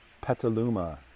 Petaluma